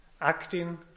acting